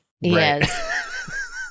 Yes